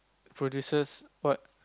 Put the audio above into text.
producers what